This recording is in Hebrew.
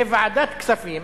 בוועדת כספים,